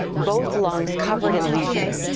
both lungs covered in lesions.